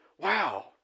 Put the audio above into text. wow